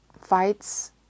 fights